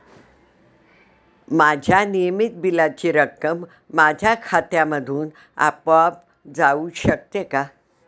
माझ्या नियमित बिलाची रक्कम माझ्या खात्यामधून आपोआप जाऊ शकते का?